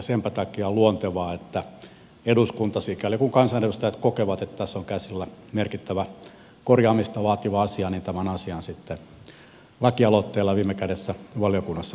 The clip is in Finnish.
senpä takia on luontevaa että eduskunta sikäli kuin kansanedustajat kokevat että tässä on käsillä merkittävä korjaamista vaativa asia tämän asian sitten lakialoitteella viime kädessä valiokunnassa korjaa